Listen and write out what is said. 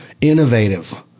Innovative